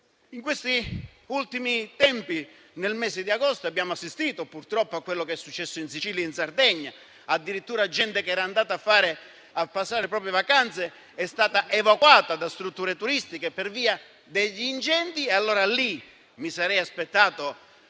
In questi ultimi tempi e nel mese di agosto abbiamo assistito, purtroppo, a quello che è successo in Sicilia e in Sardegna. Addirittura, gente che era andata a passare lì le proprie vacanze è stata evacuata da strutture turistiche per via degli incendi. Mi sarei quindi aspettato